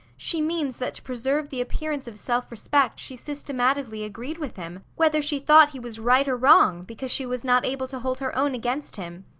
she means that to preserve the appearance of self-respect she systematically agreed with him, whether she thought he was right or wrong because she was not able to hold her own against him.